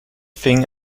thing